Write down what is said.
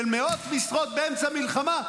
של מאות משרות באמצע מלחמה,